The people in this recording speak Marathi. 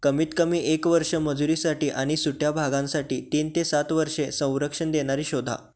कमीत कमी एक वर्ष मजुरीसाठी आणि सुट्या भागांसाठी तीन ते सात वर्षे संरक्षण देणारी शोधा